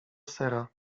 sera